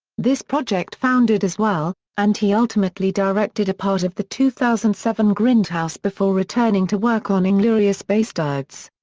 this project foundered as well, and he ultimately directed a part of the two thousand and seven grindhouse before returning to work on inglourious basterds.